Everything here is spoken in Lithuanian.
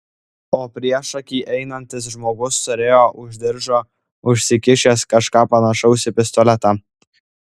o priešaky einantis žmogus turėjo už diržo užsikišęs kažką panašaus į pistoletą